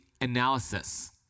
analysis